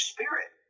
Spirit